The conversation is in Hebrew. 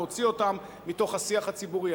להוציא אותם מתוך השיח הציבורי.